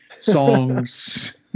songs